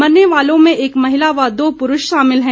मरने वालों में एक महिला व दो पुरूष शामिल हैं